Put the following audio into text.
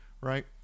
right